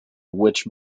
which